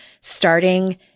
starting